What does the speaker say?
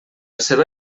seva